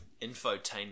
infotainment